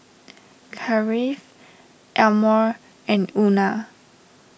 Kathyrn Elmore and Euna